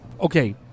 Okay